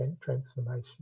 transformation